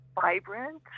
vibrant